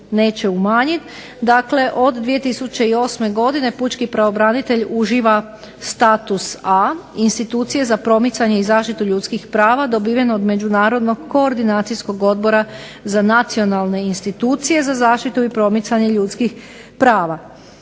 neće umanjiti. Dakle, od 2008. godine pučki pravobranitelj uživa status A, institucije za promicanje i zaštitu ljudskih prava dobivenog od Međunarodnog koordinacijskog odbora za nacionalne institucije za zaštitu i promicanje ljudskih prava.